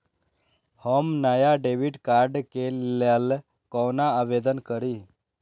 हम नया debit card के लल कौना आवेदन करि?